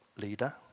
leader